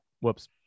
Whoops